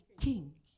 king